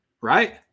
right